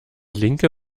linke